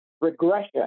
regression